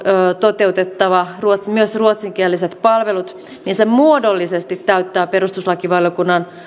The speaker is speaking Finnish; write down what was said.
toteutettava myös ruotsinkieliset palvelut muodollisesti täyttää perustuslakivaliokunnan